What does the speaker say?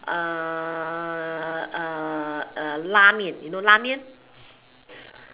uh uh uh la-mian